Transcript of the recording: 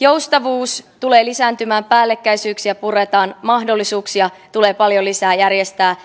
joustavuus tulee lisääntymään päällekkäisyyksiä puretaan mahdollisuuksia tulee paljon lisää järjestää